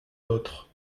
d’autres